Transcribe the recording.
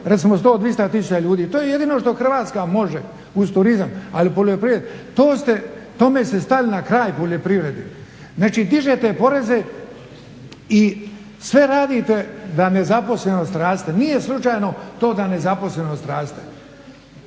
recimo 100, 200 tisuća ljudi. To je jedino što Hrvatska može uz turizam, ali u poljoprivredi. To ste, tome ste stali na kraj poljoprivredi. Znači, dižete poreze i sve radite da nezaposlenost raste. Nije slučajno to da nezaposlenost raste.